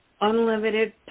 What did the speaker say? unlimited